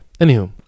Anywho